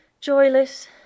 Joyless